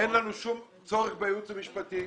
אין לנו שום צורך בייעוץ המשפטי.